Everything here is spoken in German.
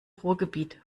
ruhrgebiet